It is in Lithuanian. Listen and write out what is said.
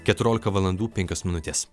keturiolika valandų penkios minutės